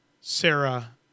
Sarah